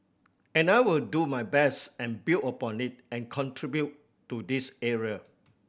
and I will do my best and build upon it and contribute to this area